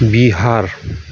Bihar